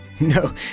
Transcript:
No